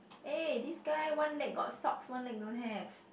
eh this guy one leg got socks one leg don't have